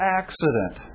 accident